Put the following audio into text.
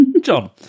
John